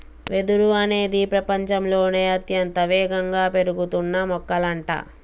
వెదురు అనేది ప్రపచంలోనే అత్యంత వేగంగా పెరుగుతున్న మొక్కలంట